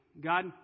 God